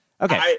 Okay